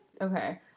Okay